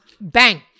bang